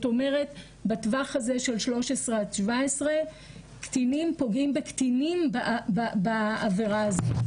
אומרת בטווח הזה של 13 עד 17 קטינים פוגעים בקטינים בעבירה הזו.